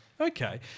Okay